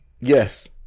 yes